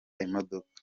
imodoka